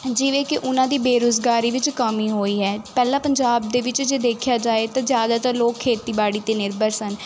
ਜਿਵੇਂ ਕਿ ਉਹਨਾਂ ਦੀ ਬੇਰੁਜ਼ਗਾਰੀ ਵਿੱਚ ਕਮੀ ਹੋਈ ਹੈ ਪਹਿਲਾਂ ਪੰਜਾਬ ਦੇ ਵਿੱਚ ਜੇ ਦੇਖਿਆ ਜਾਏ ਤਾਂ ਜ਼ਿਆਦਾਤਰ ਲੋਕ ਖੇਤੀਬਾੜੀ 'ਤੇ ਨਿਰਭਰ ਸਨ